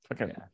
Okay